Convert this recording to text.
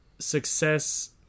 Success